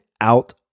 out